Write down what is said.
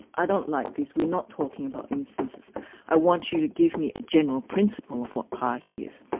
i don't like this, we're not talking about instances i want you to give me a general principle of what piety is.